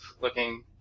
looking